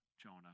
Jonah